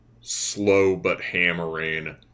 slow-but-hammering